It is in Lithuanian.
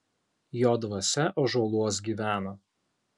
jo dvasia ąžuoluos gyvena